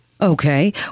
Okay